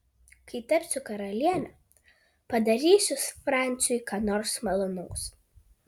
kai tapsiu karaliene padarysiu franciui ką nors malonaus